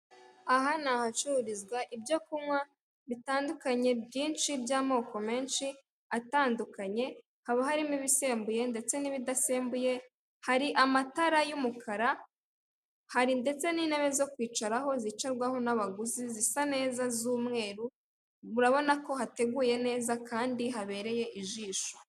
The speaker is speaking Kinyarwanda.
Aha ni ahacururizwa ibyo kunywa bitandukanye byinshi by'amoko menshi atandukanye, haba harimo ibisembuye ndetse n'ibidasembuye, hari amatara y'umukara, hari ndetse n'intebe zo kwicaraho zicarwaho n'abaguzi zisa neza z'umweru, murabona ko hateguye neza kandi habereye ijisho.